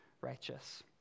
righteous